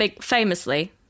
famously